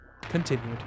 continued